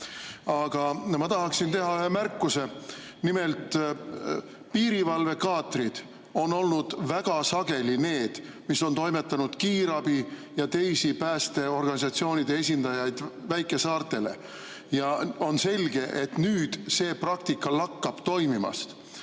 Aga ma tahaksin teha ühe märkuse. Nimelt, piirivalvekaatrid on olnud väga sageli need, mis on toimetanud kiirabi ja teisi päästeorganisatsioonide esindajaid väikesaartele. On selge, et nüüd see praktika lakkab toimimast.